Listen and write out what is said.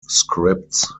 scripts